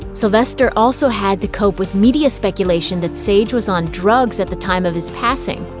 sylvester also had to cope with media speculation that sage was on drugs at the time of his passing,